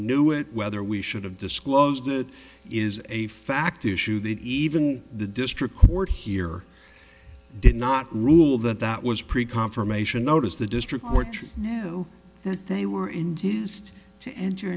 knew it whether we should have disclosed it is a fact issue that even the district court here did not rule that that was pretty confirmation notice the district fortress now that they were induced to enter